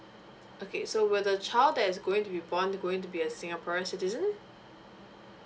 okay so will the child that is going to be born going to be a singaporean citizens